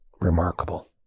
remarkable